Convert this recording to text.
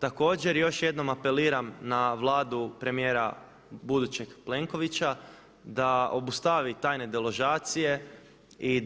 Također još jednom apeliram na Vladu premijera budućeg Plenovića da obustavi tajne deložacije i